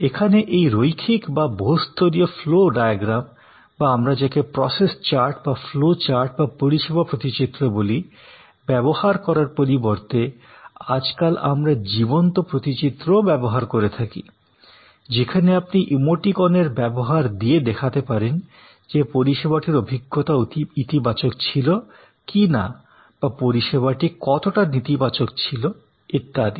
এখানে এই রৈখিক বা বহুস্তরীয় ফ্লো ডায়াগ্রাম বা আমরা যাকে প্রসেস চার্ট বা ফ্লো চার্ট বা পরিষেবা প্রতিচিত্র বলি ব্যবহার করার পরিবর্তে আজকাল আমরা জীবন্ত প্রতিচিত্রও ব্যবহার করে থাকি যেখানে আপনি ইমোটিকনের ব্যবহার দিয়ে দেখাতে পারেন যেপরিষেবাটির অভিজ্ঞতা ইতিবাচক ছিল কি না বা পরিষেবাটি কতটা নেতিবাচক ছিল ইত্যাদি